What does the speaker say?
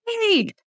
Hey